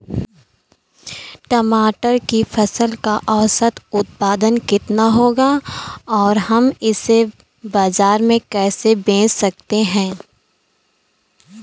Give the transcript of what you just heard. टमाटर की फसल का औसत उत्पादन कितना होगा और हम इसे बाजार में कैसे बेच सकते हैं?